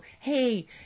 hey